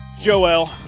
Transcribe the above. Joel